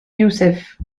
youssef